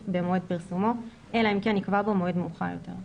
במועד פרסומו אלא אם כן נקבע בו מועד מאוחר יותר.